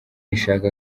ishaka